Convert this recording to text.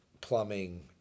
plumbing